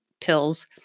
pills